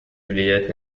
влиять